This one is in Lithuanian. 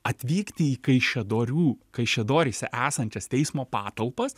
atvykti į kaišiadorių kaišiadoryse esančias teismo patalpas